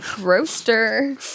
Roaster